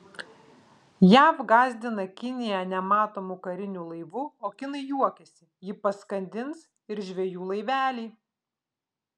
jav gąsdina kiniją nematomu kariniu laivu o kinai juokiasi jį paskandins ir žvejų laiveliai